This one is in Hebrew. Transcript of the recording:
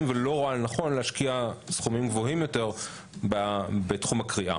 ולא רואה לנכון להשקיע סכומים גבוהים יותר בתחום הקריאה?